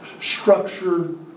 structured